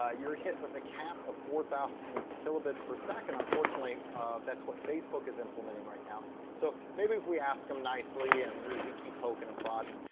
ah you're hit with a cap of four thousand kilobits per second. unfortunately that's what facebook is implementing right now so maybe if we ask them nicely and we keep poking and prodding,